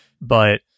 But-